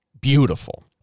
beautiful